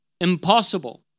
impossible